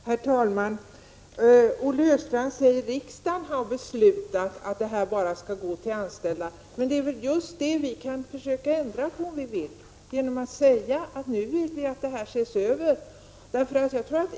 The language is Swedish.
Anslag till transport Herr talman! Olle Östrand säger att riksdagen har beslutat att stödet bara rådet, m.m. skall avse anställdas tjänsteresor. Men just detta kan vi ju försöka ändra på genom att säga att vi vill att den frågan skall ses över.